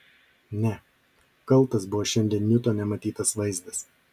ne kaltas buvo šiandien niutone matytas vaizdas